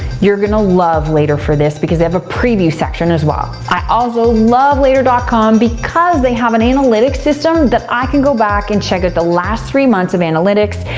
you're gonna love later for this because they have a preview section as well. i also love later dot com because they have an analytic system that i can go back and check out the last three months of analytics,